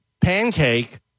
Pancake